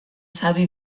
savi